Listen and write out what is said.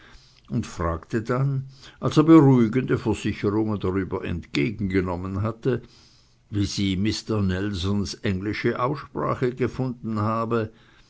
und fragte dann als er beruhigende versicherungen darüber entgegengenommen hatte wie sie mister nelsons englische aussprache gefunden habe